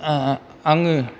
आङो